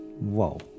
Whoa